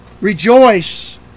rejoice